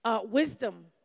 Wisdom